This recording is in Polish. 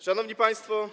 Szanowni Państwo!